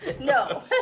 No